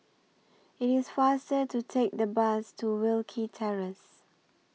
IT IS faster to Take The Bus to Wilkie Terrace